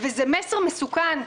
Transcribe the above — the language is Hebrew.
זה מסר מסוכן,